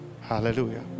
Hallelujah